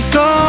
go